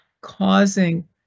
causing